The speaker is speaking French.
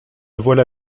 voilà